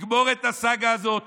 תגמור את הסאגה הזאת